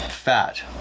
fat